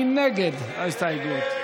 מי נגד ההסתייגות?